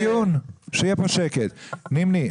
נימני,